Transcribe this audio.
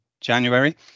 January